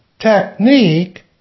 technique